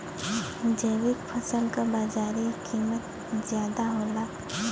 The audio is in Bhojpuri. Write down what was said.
जैविक फसल क बाजारी कीमत ज्यादा होला